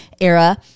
era